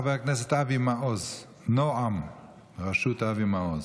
חבר הכנסת אבי מעוז, נעם בראשות אבי מעוז.